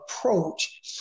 approach